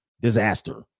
disaster